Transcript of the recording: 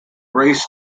race